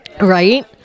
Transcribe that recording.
Right